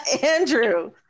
Andrew